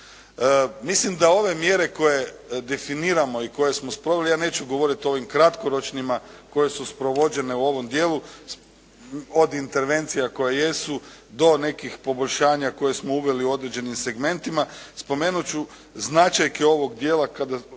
Mislim da ove mjere koje definiramo i koje smo sproveli ja neću govoriti o ovim kratkoročnima koje su sprovođene u ovom dijelu od intervencija koje jesu do nekih poboljšanja koje smo uveli u određenim segmentima. Spomenut ću značajke ovog dijela kada